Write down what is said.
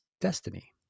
destiny